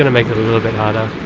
and make it a little bit harder.